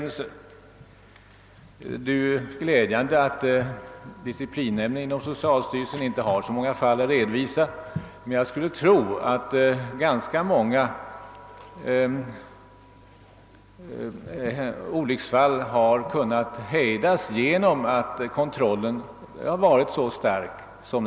— Det är glädjande att disciplinnämnden inte haft så många fall att redovisa. Men jag skulle tro att ganska många missöden kunnat undvikas genom att kontrollen har varit så ingående.